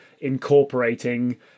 incorporating